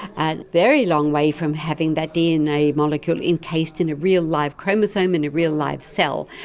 and very long way from having that dna molecule encased in a real-life chromosome in a real-life cell,